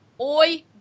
Oi